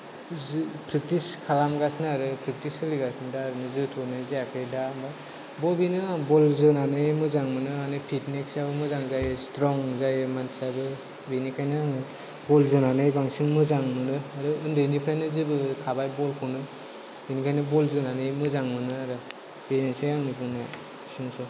जो फ्रेक्तिस खालामगासिनो आरो फ्रेक्तिस सोलिगासिनो दा ओरैनो जोथ'नाय जायाखै दा बबेनो बल जोनानै मोजां मोनो माने फितनेसाबो मोजां जायो स्त्रं जायो मानसियाबो बेनिखायनो आङो बल जोनानै बांसिन मोजां मोनो आरो उन्दैनिफ्रायनो जोबोखाबाय बलखौनो बिनिखायनो बल जोनानै मोजां मोनो आरो बेनोसै आंनि बुंनाया एसेनोसै